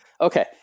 Okay